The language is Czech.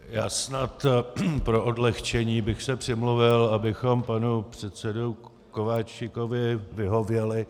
Já snad pro odlehčení bych se přimluvil, abychom panu předsedovi Kováčikovi vyhověli.